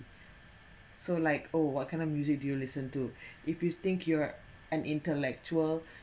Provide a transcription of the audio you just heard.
so like oh what kind of music do you listen to if you think you're an intellectual